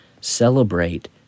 Celebrate